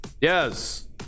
Yes